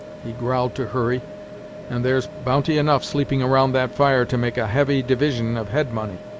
he growled to hurry and there's bounty enough sleeping round that fire to make a heavy division of head-money.